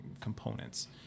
components